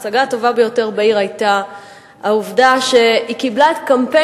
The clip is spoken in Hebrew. ההצגה הטובה ביותר בעיר היתה העובדה שהיא קיבלה את קמפיין